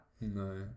No